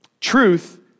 Truth